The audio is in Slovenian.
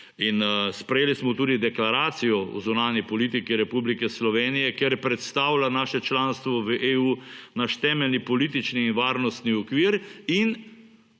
in, sprejeli smo tudi Deklaracijo o zunanji politiki Republike Slovenije, ker predstavlja naše članstvo v EU, naš temeljni politični in varnostni okvir in